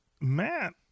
matt